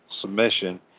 submission